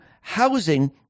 housing